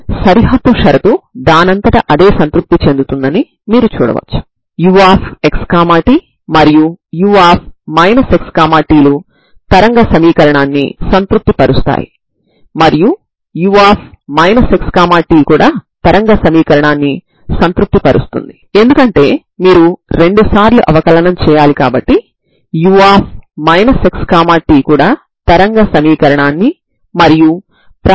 ఇప్పుడు సరిహద్దు నియమం x 0 ని మీరు సమీకరణంలో పెట్టడం వల్ల Xac1cos μa c2sin μa 0 సమీకరణం మరియు Xb 0 ని పెట్టడం వల్ల Xbc1cos μb c2sin μb 0 సమీకరణం ని పొందుతారు